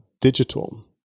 digital